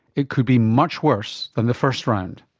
it could be much worse than the first round.